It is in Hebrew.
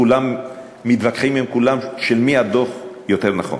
כולם מתווכחים עם כולם של מי הדוח היותר נכון.